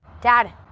Dad